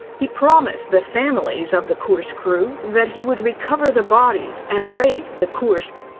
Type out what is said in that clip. he promised the families of the kursk crew, that he would recover the bodies and raise the kursk.